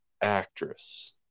actress